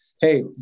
Hey